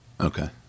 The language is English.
Okay